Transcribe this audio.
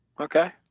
Okay